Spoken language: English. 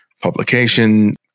publication